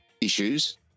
issues